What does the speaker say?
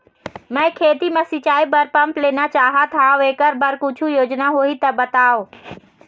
मैं खेती म सिचाई बर पंप लेना चाहत हाव, एकर बर कुछू योजना होही त बताव?